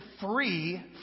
free